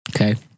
Okay